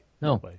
No